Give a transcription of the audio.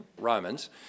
Romans